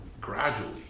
gradually